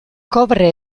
kobre